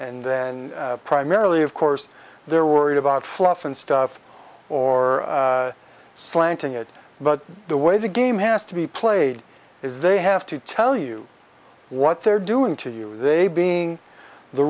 and then primarily of course they're worried about fluff and stuff or slanting it but the way the game has to be played is they have to tell you what they're doing to you are they being the